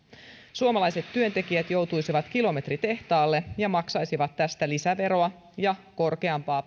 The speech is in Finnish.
suomalaiset työntekijät joutuisivat kilometritehtaalle ja maksaisivat tästä lisäveroa ja korkeampaa